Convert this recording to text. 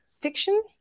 fiction